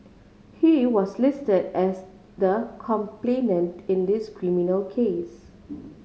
he was listed as the complainant in this criminal case